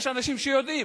יש אנשים שיודעים,